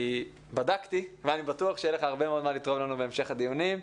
ואני בדקתי ואני בטוח שיהיה לך הרבה מאוד מה לתרום לנו בהמשך הדיונים.